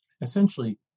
essentially